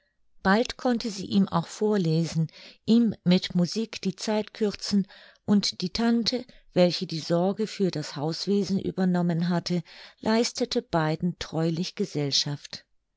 bald konnte sie ihm auch vorlesen ihm mit musik die zeit kürzen und die tante welche die sorge für das hauswesen übernommen hatte leistete beiden treulich gesellschaft